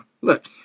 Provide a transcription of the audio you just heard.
look